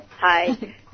Hi